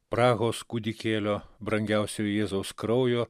prahos kūdikėlio brangiausiojo jėzaus kraujo